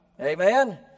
Amen